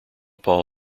paul